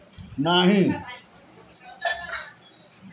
भारत अउरी बिदेस में लकड़ी के उत्पादन बढ़ गइल बाटे